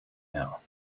now